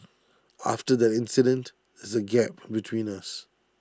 after that incident there's A gap between us